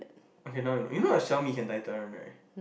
okay now you know you know the Xiaomi can tighten one right